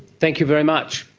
thank you very much.